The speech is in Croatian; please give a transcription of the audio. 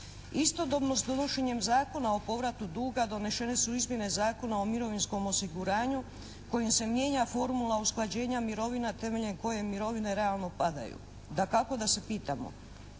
Istodobno s donošenjem Zakona o povratu duga donešene su izmjene Zakona o mirovinskom osiguranju kojim se mijenja formula usklađenja mirovina temeljem koje mirovine realno padaju. Dakako da se pitamo